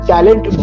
Talent